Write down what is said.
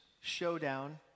showdown